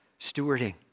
stewarding